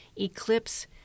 eclipse